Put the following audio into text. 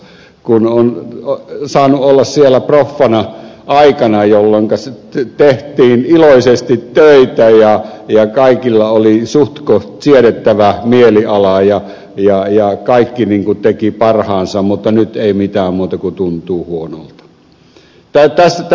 kun on saanut olla siellä proffana aikana jolloinka tehtiin iloisesti töitä ja kaikilla oli suhtkoht siedettävä mieliala ja kaikki tekivät parhaansa niin nyt ei mitään muuta kuin tuntuu huonolta